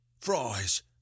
fries